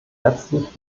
letztlich